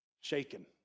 shaken